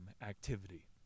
activity